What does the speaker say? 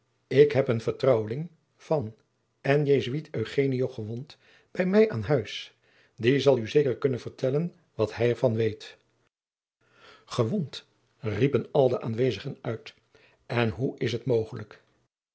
ik heb een vertrouweling van en jesuit eugenio gewond bij mij aan huis die zal u zeker kunnen vertellen wat hij er van weet gewond riepen al de aanwezigen uit en hoe is het mogelijk